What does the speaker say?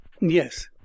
Yes